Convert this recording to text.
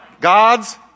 God's